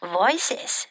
voices